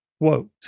quote